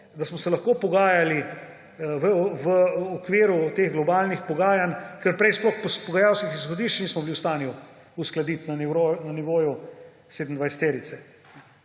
da smo se lahko pogajali v okviru teh globalnih pogajanj. Ker prej sploh pogajalskih izhodišč nismo bili v stanju uskladiti na nivoju